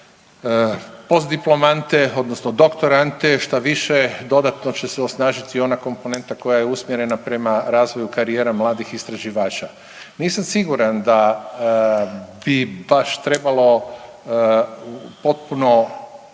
postdiplomante odnosno doktorante štaviše dodatno će se osnažiti ona komponenta koja je usmjerena prema razvoju karijera mladih istraživača. Nisam siguran da bi baš trebalo potpuno